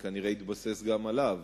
שהתבסס כנראה גם עליו.